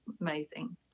Amazing